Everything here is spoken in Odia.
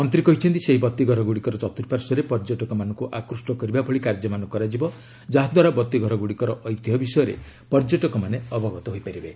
ମନ୍ତ୍ରୀ କହିଛନ୍ତି ସେହି ବତୀଘରଗୁଡ଼ିକର ଚତୁପାର୍ଶ୍ୱରେ ପର୍ଯ୍ୟଟକମାନଙ୍କୁ ଆକୁଷ୍ଟ କରିବା ଭଳି କାର୍ଯ୍ୟମାନ କରାଯିବ ଯାହାଦ୍ୱାରା ବତୀଘରଗୁଡ଼ିକର ଐତିହ୍ୟ ବିଷୟରେ ପର୍ଯ୍ୟଟକମାନେ ଅବଗତ ହୋଇପାରିବେ